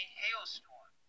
hailstorm